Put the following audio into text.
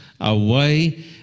away